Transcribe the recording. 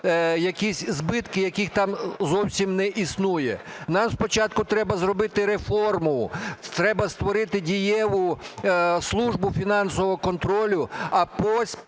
якісь збитки, яких там зовсім не існує. Нам спочатку треба зробити реформу, треба створити дієву службу фінансового контролю, а потім